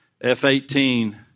F-18